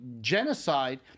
genocide—